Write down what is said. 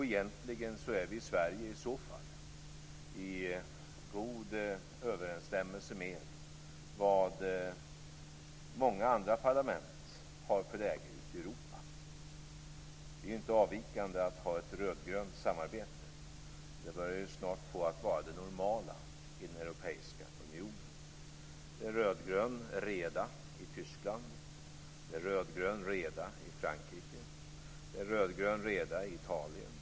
Egentligen är läget i Sverige i så fall i god överensstämmelse med vad många andra parlament ute i Europa har för läge. Det är inte avvikande att ha ett rödgrönt samarbete. Det börjar ju snart vara det normala i den europeiska unionen. Det är rödgrön reda i Tyskland. Det är rödgrön reda i Frankrike. Det är rödgrön reda i Italien.